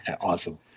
awesome